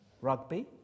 rugby